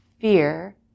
fear